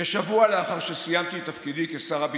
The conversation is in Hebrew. כשבוע לאחר שסיימתי את תפקידי כשר הביטחון,